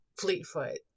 Fleetfoot